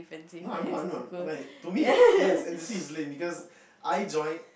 no I know I know like to me yes N_C_C is lame because I join